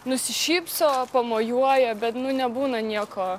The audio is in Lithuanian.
nusišypso pamojuoja bet nu nebūna nieko